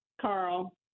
Carl